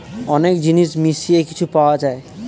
অনেক জিনিস মিশিয়ে কিছু পাওয়া যায়